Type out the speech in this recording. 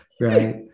Right